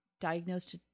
Diagnosed